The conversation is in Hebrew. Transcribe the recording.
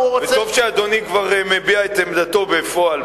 וטוב שאדוני כבר מביע את עמדתו בפועל.